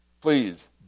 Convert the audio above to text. please